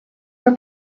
for